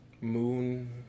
Moon